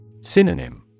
Synonym